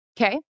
Okay